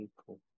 people